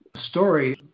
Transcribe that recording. story